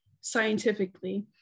scientifically